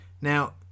Now